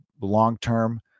long-term